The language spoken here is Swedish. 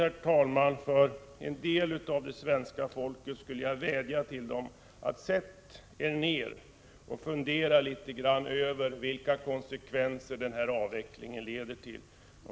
Som ombud för en del av svenska folket vill jag vädja: Sätt er ner och fundera litet grand över vilka konsekvenser den här avvecklingen leder till!